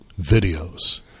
videos